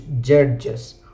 judges